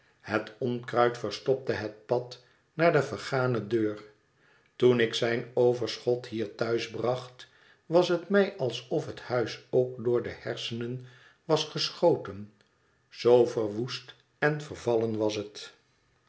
het onkruid verstopte het pad naar de vergane deur toen ik zijn overschot hier thuis bracht was het mij alsof het huis ook door de hersenen was geschoten zoo verwoest en vervallen was het